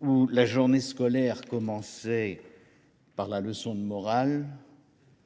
où la journée scolaire commençait par la leçon de morale,